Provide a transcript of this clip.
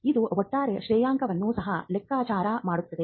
ಇದು ಒಟ್ಟಾರೆ ಶ್ರೇಯಾಂಕವನ್ನು ಸಹ ಲೆಕ್ಕಾಚಾರ ಮಾಡುತ್ತದೆ